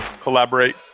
collaborate